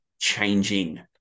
changing